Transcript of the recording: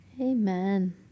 Amen